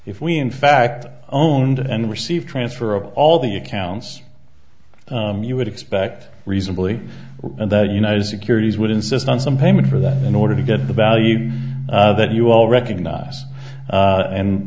if we in fact owned and receive transfer of all the accounts you would expect reasonably and the united securities would insist on some payment for that in order to get the value that you all recognize a